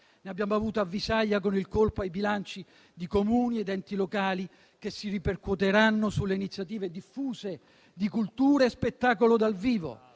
ne abbiamo avuto avvisaglia con il colpo ai bilanci di Comuni ed enti locali, che si ripercuoterà sulle iniziative diffuse di cultura e spettacolo dal vivo.